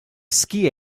ski